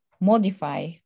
modify